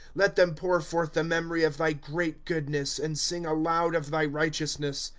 let them pour forth the memory of thy great goodness. and sing aloud of thy righteousness.